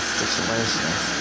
situations